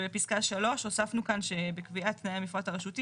בפסקה (3) הוספנו שבקביעת תנאי המפרט הרשותי